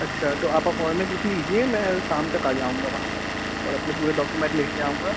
अच्छा तो आप अप्वाॅइनमेंट लिख लीजिए मैं शाम तक आ जाऊँगा वहाँ पर और अपने पूरे डॉक्यूमेंट लेके आऊँगा